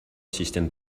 system